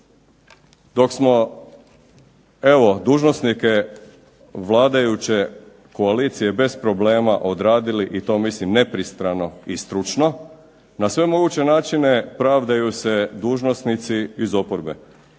Dok smo evo dužnosnike vladajuće koalicije bez problema odradili i to mislim nepristrano i stručno, na sve moguće načine pravdaju se dužnosnici iz oporbe.